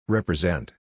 Represent